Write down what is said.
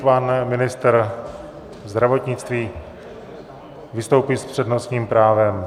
Pan ministr zdravotnictví vystoupí s přednostním právem.